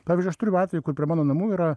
pavyzdžiui aštriu atvejų kur prie mano namų yra